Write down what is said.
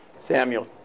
Samuel